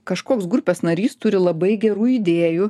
kažkoks grupės narys turi labai gerų idėjų